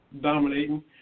dominating